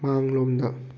ꯃꯥꯡꯂꯣꯝꯗ